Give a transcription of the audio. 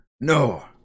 no